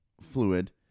fluid